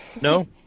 No